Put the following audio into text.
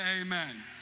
amen